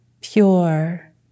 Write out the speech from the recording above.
pure